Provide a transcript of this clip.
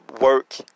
work